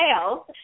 sales